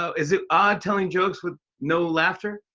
so is it odd telling jokes with no laughter?